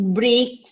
break